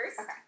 Okay